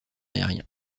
aérien